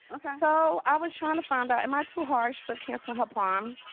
so i was trying to find out, am i too harsh for canceling her prom?